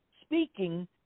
speaking